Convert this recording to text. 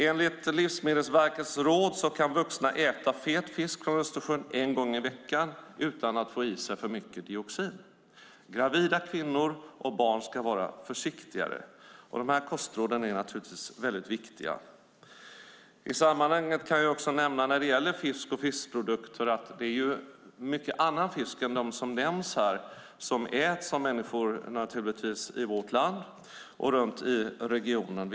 Enligt Livsmedelsverkets råd kan vuxna äta fet fisk från Östersjön en gång i veckan utan att få i sig för mycket dioxin. Barn och gravida kvinnor ska vara försiktigare. Dessa kostråd är naturligtvis väldigt viktiga. I sammanhanget kan jag också nämna när det gäller fisk och fiskprodukter att det är mycket annan fisk än den som nämns här som äts av människor i vårt land och runt om i regionen.